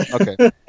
Okay